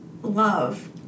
Love